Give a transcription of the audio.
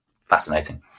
fascinating